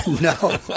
No